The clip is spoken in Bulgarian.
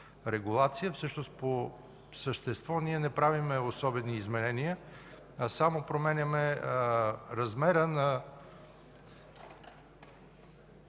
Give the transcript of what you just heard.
всъщност по същество ние не правим особени изменения, а само променяме размера на